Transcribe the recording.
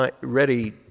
ready